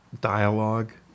dialogue